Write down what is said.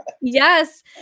yes